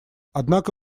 однако